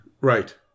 Right